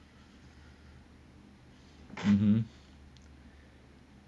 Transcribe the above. mmhmm